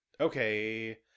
Okay